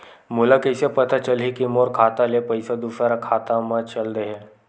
मोला कइसे पता चलही कि मोर खाता ले पईसा दूसरा खाता मा चल देहे?